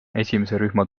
rühma